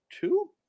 two